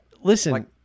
listen